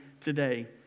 today